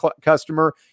customer